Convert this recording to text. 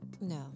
No